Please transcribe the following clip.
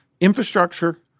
infrastructure